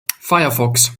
firefox